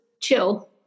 chill